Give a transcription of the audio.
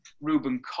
Ruben